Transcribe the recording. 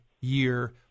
year